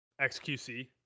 xqc